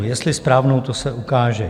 Jestli správnou, to se ukáže.